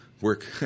work